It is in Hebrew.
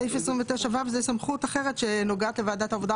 סעיף 29(ו) זאת סמכות אחרת שנוגעת לוועדת העבודה,